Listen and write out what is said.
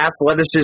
athleticism